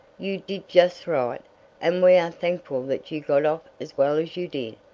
you did just right, and we are thankful that you got off as well as you did,